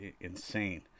insane